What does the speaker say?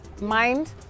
mind